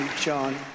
John